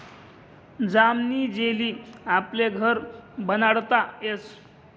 जामनी जेली आपले घर बनाडता यस